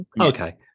Okay